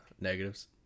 negatives